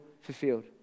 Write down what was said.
fulfilled